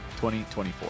2024